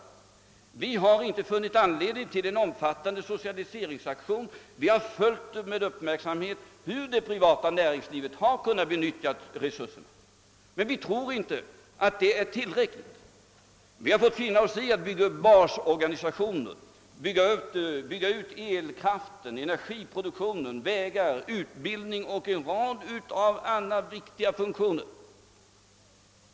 Vi inom regeringen har inte funnit anledning att företa en omfattande socialiseringsaktion men vi har med uppmärksamhet följt det privata näringslivets sätt att använda resurserna och vi tror inte att detta utnyttjande är tillräckligt. Vi har fått finna oss i att bygga upp basorganisationen: elkraften, energiproduktionen, vägarna, utbildningsväsendet och en rad andra funktioner.